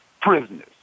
prisoners